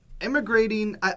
Immigrating